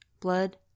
Blood